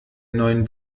neuen